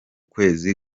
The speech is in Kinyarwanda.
kwezi